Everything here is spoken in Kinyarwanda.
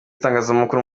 itangazamakuru